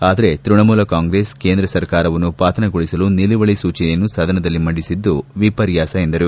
ಆದರೆ ತ್ಯಣಮೂಲ ಕಾಂಗ್ರೆಸ್ ಕೇಂದ್ರ ಸರ್ಕಾರವನ್ನು ಪತನಗೊಳಿಸಲು ನಿಲುವಳಿ ಸೂಚನೆಯನ್ನು ಸದನದಲ್ಲಿ ಮಂಡಿಸಿದ್ದು ವಿಪರ್ಯಾಸ ಎಂದರು